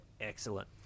Excellent